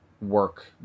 work